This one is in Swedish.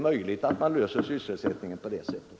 Möjligen kan man lösa sysselsättningsfrågorna på det sättet!